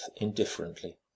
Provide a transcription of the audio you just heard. indifferently